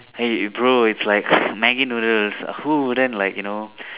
hey bro is like Maggi noodles who wouldn't like you know